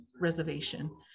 reservation